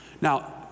Now